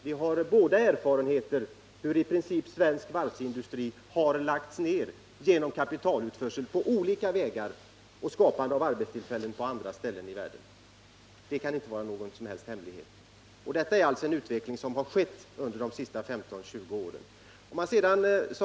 Vi har båda erfarenheter av hur svensk varvsindustri i princip har lagts ned genom kapitalutförsel på olika sätt och skapande av arbetstillfällen på andra håll i världen. Det kan inte vara någon hemlighet. Detta är alltså en utveckling som skett under de senaste 15-20 åren.